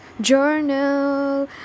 Journal